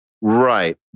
Right